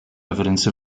evidence